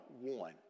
one